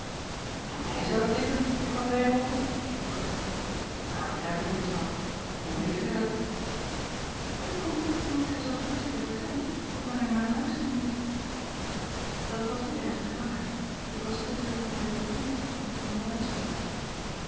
aan mij zou dat liggen juffrouw ryhove vroeg eckbert daar begrijp ik niets van hoe meent gij dat het komt omdat gij zoo druk zit te vertellen dat men er naar luisteren moet dat was niet eigenlijk waar ik was te veel gepreoccupeerd om te kunnen luisteren